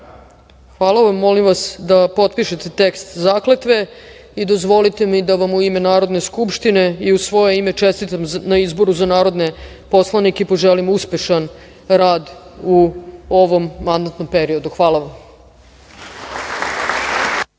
poslanike da pristupe potpisivanju teksta zakletve. Dozvolite mi da vam u ime Narodne skupštine i u svoje ime čestitam na izboru za narodne poslanike i poželim uspešan rad u ovom mandatnom periodu. Hvala vam. Da